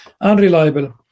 unreliable